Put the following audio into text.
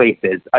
places